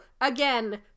again